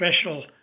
special